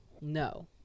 No